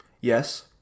Yes